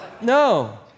no